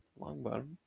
Longbottom